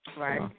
Right